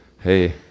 hey